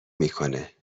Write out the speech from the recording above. میکنه